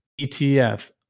ETF